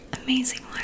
Amazing